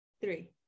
Three